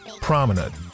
prominent